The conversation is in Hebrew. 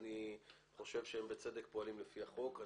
ואני חושב שהם בצדק פועלים לפי החוק.